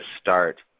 start